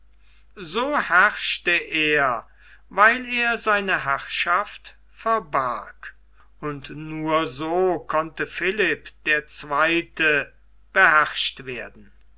so herrschte er weil er seine herrschaft verbarg und nur so konnte philipp der zweite beherrscht werden